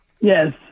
Yes